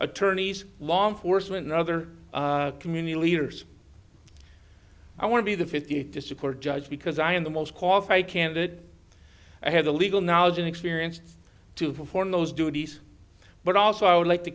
attorneys law enforcement and other community leaders i want to be the fifty to support judge because i am the most qualified candidate i had the legal knowledge and experience to perform those duties but also i would like to